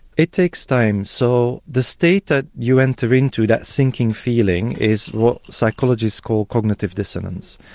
it takes time. so the state that you enter into, that sinking feeling, is what psychologists call cognitive dissonance.